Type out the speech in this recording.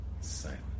Silent